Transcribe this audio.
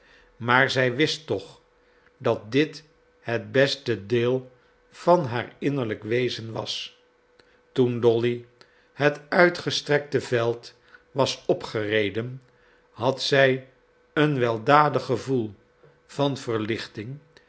maar zij wist toch dat dit het beste deel van haar innerlijk wezen was toen dolly het uitgestrekte veld was opgereden had zij een weldadig gevoel van verlichting